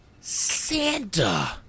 Santa